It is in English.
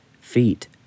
Feet